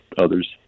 others